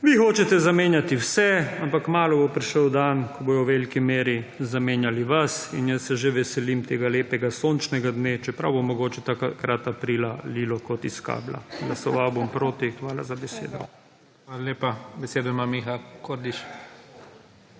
vi hočete zamenjati vse. Ampak kmalu bo prišel dan, ko bodo v veliki meri zamenjali vas, in jaz se že veselim tega lepega sončnega dne, čeprav bo mogoče takrat aprila lilo kot iz kabla. Glasoval bom proti. Hvala za besedo. **PREDSEDNIK IGOR ZORČIČ:** Hvala lepa. Besedo ima Miha Kordiš.